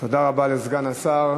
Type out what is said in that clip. תודה רבה לסגן השר.